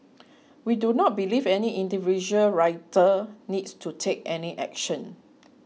we do not believe any individual rider needs to take any action